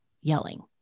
yelling